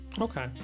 Okay